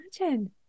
imagine